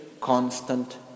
constant